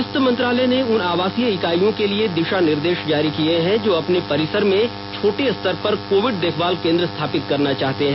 स्वास्थ्य मंत्रालय ने उन आवासीय इकाइयों के लिए दिशा निर्देश जारी किये हैं जो अपने परिसर में छोटे स्तर पर कोविड देखभाल केन्द्र स्थापित करना चाहते हैं